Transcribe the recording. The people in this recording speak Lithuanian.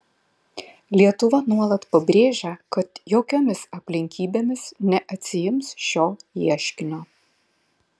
lietuva nuolat pabrėžia kad jokiomis aplinkybėmis neatsiims šio ieškinio